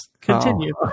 Continue